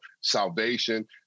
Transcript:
salvation